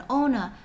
owner